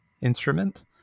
instrument